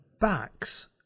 backs